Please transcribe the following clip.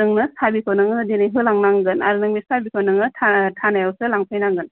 जोंनो साबिखौ नोङो दिनै होलांनांगोन आरो नोंनि साबिखौ नोङो थानायावसो लांफैनांगोन